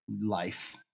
life